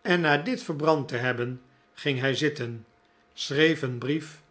en na dit verbrand te hebben ging hij zitten schreef een brief